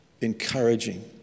encouraging